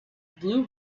blue